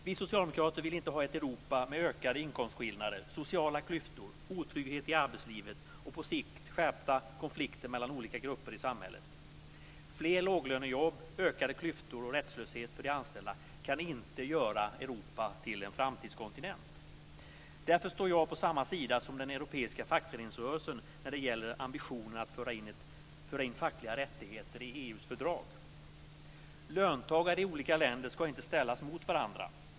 Vi socialdemokrater vill inte ha ett Europa med ökade inkomstskillnader, sociala klyftor, otrygghet i arbetslivet och på sikt skärpta konflikter mellan olika grupper i samhället. Fler låglönejobb, ökade klyftor och rättslöshet för de anställda kan inte göra Europa till en framtidskontinent. Därför står jag på samma sida som den europeiska fackföreningsrörelsen när det gäller ambitionen att föra in fackliga rättigheter i Löntagare i olika länder ska inte ställas mot varandra.